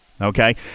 okay